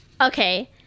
Okay